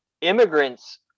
immigrants